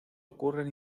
ocurren